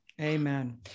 Amen